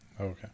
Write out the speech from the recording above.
Okay